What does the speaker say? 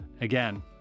Again